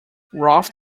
ralph